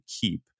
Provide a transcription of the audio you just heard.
keep